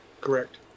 Correct